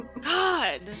God